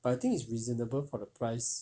but I think it's reasonable for the price